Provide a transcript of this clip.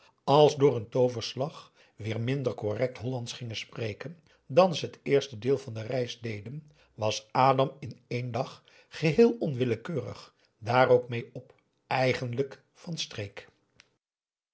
als door een tooverslag weer minder correct hollandsch gingen spreken dan ze het eerste deel der reis deden was adam in één dag geheel onwillekeurig daar ook mee op eigenlijk van streek